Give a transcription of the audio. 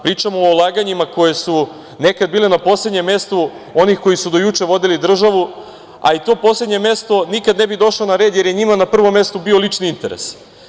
Pričamo o ulaganjima koja su nekada bila na poslednjem mestu onih koji su do juče vodili državu, a i to poslednje mesto nikada ne bi došlo na red, jer je njima na prvom mestu bio lični interes.